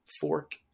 Fork